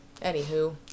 Anywho